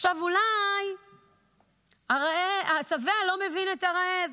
עכשיו, הרי השבע לא מבין את הרעב.